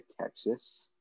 texas